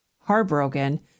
heartbroken